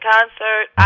Concert